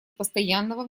постоянного